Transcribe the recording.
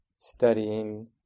studying